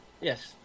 Yes